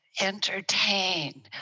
entertain